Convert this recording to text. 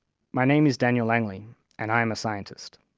my name is daniel langley and i'm a scientist.